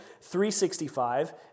365